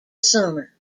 summer